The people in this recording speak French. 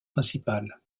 principale